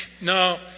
no